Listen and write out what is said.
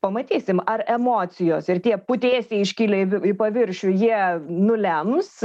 pamatysim ar emocijos ir tie putėsiai iškilę į į paviršių jie nulems